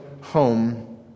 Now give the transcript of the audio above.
home